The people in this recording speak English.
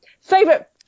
favorite